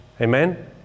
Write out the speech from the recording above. Amen